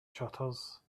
shutters